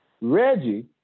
Reggie